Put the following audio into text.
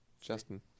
Justin